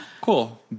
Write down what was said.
Cool